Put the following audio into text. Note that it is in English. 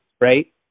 right